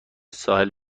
ساحل